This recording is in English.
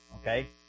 Okay